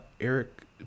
Eric